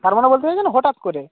তার মানে বলতে চাইছেন হঠাৎ করে